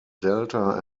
delta